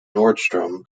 nordstrom